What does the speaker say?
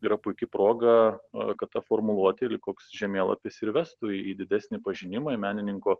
yra puiki proga kad ta formuluotė lyg koks žemėlapis ir vestų į didesnį pažinimą į menininko